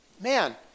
man